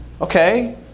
okay